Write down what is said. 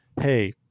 Hey